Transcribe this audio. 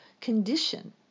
condition